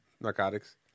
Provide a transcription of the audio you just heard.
narcotics